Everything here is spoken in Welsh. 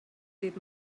dydd